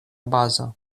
bazo